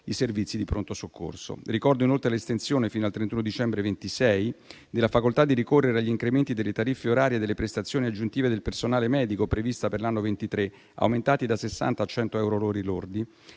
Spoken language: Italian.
servizi di pronto soccorso. Ricordo, inoltre, l'estensione fino al 31 dicembre 2026 della facoltà di ricorrere agli incrementi delle tariffe orarie delle prestazioni aggiuntive del personale medico prevista per l'anno 2023, aumentate da 60 a 100 euro lordi,